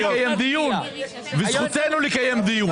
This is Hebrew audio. אנחנו רוצים לקיים דיון וזכותנו לקיים דיון.